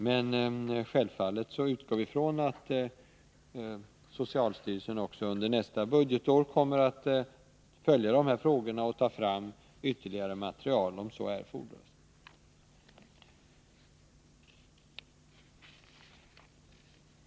Men självfallet utgår vi från att socialstyrelsen också nästa budgetår kommer att följa dessa frågor och ta fram ytterligare material om så erfordras.